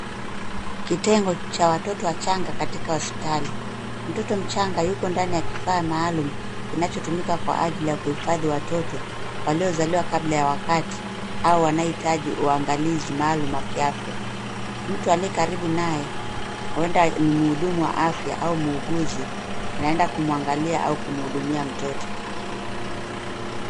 Kitengo cha watoto wachanga katika hospitali. Mtoto mchanga yuko ndani ya kifaa maalum kinachotumika kwa ajili ya kuhifadhi watoto waliozaliwa kabla ya wakati au wanahitaji uangalizi maalum wa kiafya. Mtu aliyekaribu naye huenda ni muhudumu wa afya au muuguzi anaenda kumwangalia au kumuhudumia mtoto.